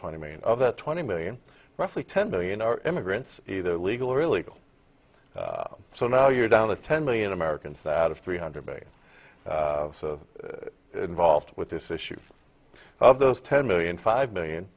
twenty million of that twenty million roughly ten million are immigrants either legal or illegal so now you're down to ten million americans that of three hundred being involved with this issue of those ten million five million